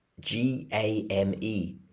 G-A-M-E